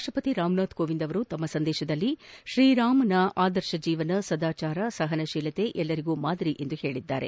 ರಾಷ್ಟಪತಿ ರಾಮನಾಥ್ ಕೋವಿಂದ್ ಅವರು ತಮ್ಮ ಸಂದೇಶದಲ್ಲಿ ಶ್ರೀರಾಮನ ಆದರ್ಶ ಜೀವನ ಸದಾಚಾರ ಸಹನಶೀಲತೆ ಎಲ್ಲರಿಗೂ ಮಾದರಿ ಎಂದಿದ್ದಾರೆ